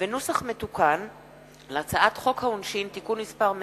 נוסח מתוקן של הצעת חוק העונשין (תיקון מס' 110)